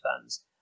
fans